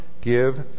give